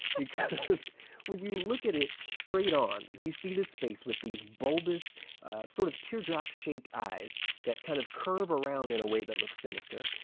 because when you look at it straight on, you see this face with these bulbous sort of teardrop-shaped eyes that kind of curve around in a way that looks sinister.